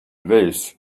this